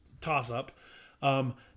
toss-up